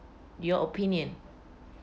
your opinion